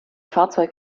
fahrzeug